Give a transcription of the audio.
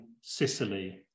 Sicily